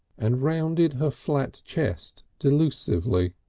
and rounded her flat chest delusively.